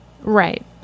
Right